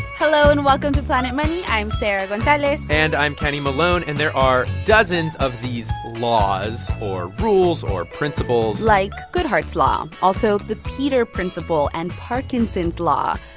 hello, and welcome to planet money. i'm sarah gonzalez and i'm kenny malone. and there are dozens of these laws or rules or principles like goodhart's law also, the peter principle and parkinson's law.